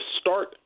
start